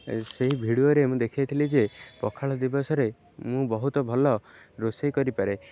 ସେହି ଭିଡ଼ିଓରେ ମୁଁ ଦେଖେଇଥିଲି ଯେ ପଖାଳ ଦିବସରେ ମୁଁ ବହୁତ ଭଲ ରୋଷେଇ କରିପାରେ